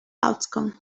outcome